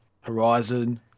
Horizon